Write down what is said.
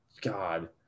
god